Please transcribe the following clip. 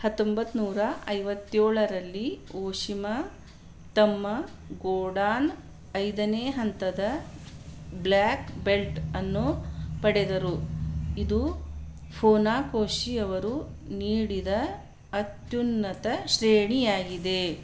ಹತ್ತೊಂಬತ್ತು ನೂರ ಐವತ್ತೇಳರಲ್ಲಿ ಒಶಿಮಾ ತಮ್ಮ ಗೋಡಾನ್ ಐದನೇ ಹಂತದ ಬ್ಲ್ಯಾಕ್ ಬೆಲ್ಟ್ ಅನ್ನು ಪಡೆದರು ಇದು ಫುನಾಕೋಶಿ ಅವರು ನೀಡಿದ ಅತ್ಯುನ್ನತ ಶ್ರೇಣಿಯಾಗಿದೆ